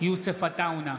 יוסף עטאונה,